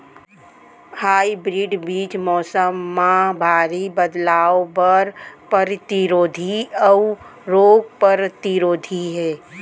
hybrid बीज मौसम मा भारी बदलाव बर परतिरोधी अऊ रोग परतिरोधी हे